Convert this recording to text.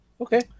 Okay